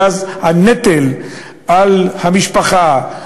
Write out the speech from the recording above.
ואז הנטל על המשפחה,